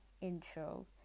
intro